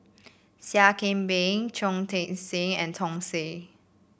Seah Kian Peng Chong Tze Chien and Som Said